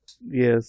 Yes